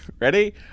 ready